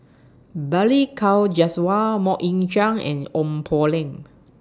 Balli Kaur Jaswal Mok Ying Jang and Ong Poh Lim